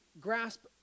grasp